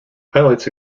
highlights